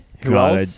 god